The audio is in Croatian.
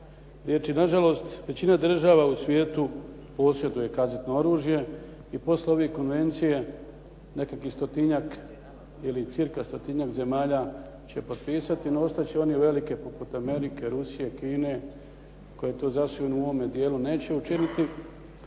riječi. Nažalost, većina država u svijetu posjeduje kazetno oružje i poslije ove konvencije, nekakvih stotinjak ili cca stotinjak zemalja će potpisati, no ostat će one velike poput Amerike, Rusije, Kine koje to zasigurno u ovom dijelu neće učiniti.